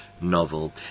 novel